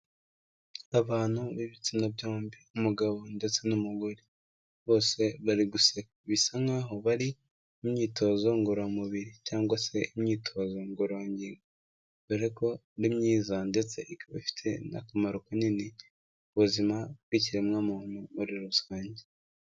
Abantu b'ibitsina byombi umugabo ndetse n'umugore, bose bari guseka, bisa nkaho bari myitozo ngororamubiri cyangwa se imyitozo ngororangingo, dore ko ari myiza ndetse ikaba ifiti n'akamaro kanini ku buzima bw'ikiremwamuntu muri rusange.